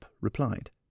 replied